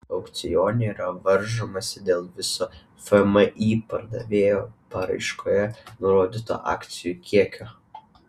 aukcione yra varžomasi dėl viso fmį pardavėjo paraiškoje nurodyto akcijų kiekio